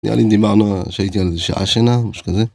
נראה לי דיברנו על שהייתי על איזה שעה שינה, משהו כזה.